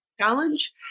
challenge